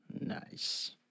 Nice